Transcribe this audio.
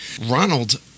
Ronald